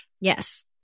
Yes